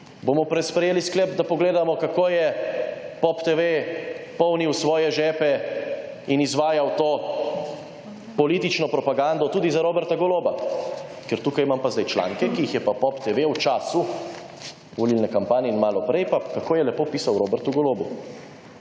Bomo sprejeli sklep, da pogledamo kako je POPTV polnil svoje žepe in izvajal to politično propagando tudi za Roberta Goloba, ker tukaj imam pa sedaj članke, ki jih je pa POPTV v času volilne kampanje in malo prej, pa kako je lepo pisal o Robertu Golobu: